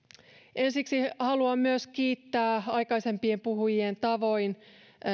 ensiksi haluan myös kiittää aikaisempien puhujien tavoin